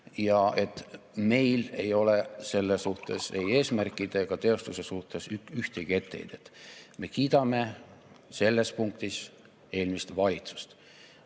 Ja et meil ei ole selle suhtes, ei eesmärkide ega teostuse suhtes ühtegi etteheidet. Me kiidame selles punktis eelmist valitsust.